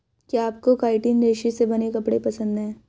क्या आपको काइटिन रेशे से बने कपड़े पसंद है